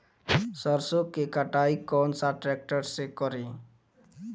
सरसों के कटाई कौन सा ट्रैक्टर से करी?